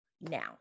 now